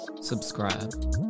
Subscribe